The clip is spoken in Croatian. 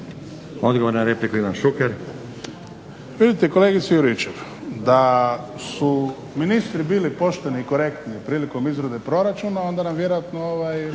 Ivan Šuker. **Šuker, Ivan (HDZ)** Vidite, kolegice Juričev da su ministri bili pošteni i korektni prilikom izrade proračuna onda nam vjerojatno ovaj